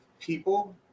people